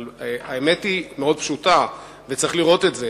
האמת היא מאוד פשוטה וצריך לראות אותה.